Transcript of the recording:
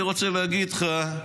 אני רוצה להגיד לך,